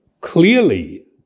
clearly